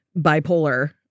bipolar